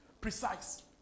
precise